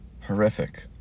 horrific